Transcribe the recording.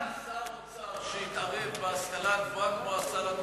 עוד לא היה שר אוצר שהתערב בהשכלה הגבוהה כמו השר הקודם,